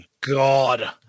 God